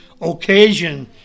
occasion